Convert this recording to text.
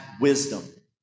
wisdom